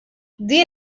din